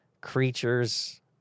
creatures